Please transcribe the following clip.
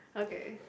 okay